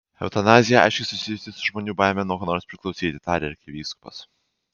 eutanazija aiškiai susijusi su žmonių baime nuo ko nors priklausyti tarė arkivyskupas